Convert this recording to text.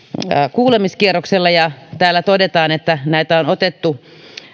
kuulemiskierroksella ja täällä todetaan että näitä on otettu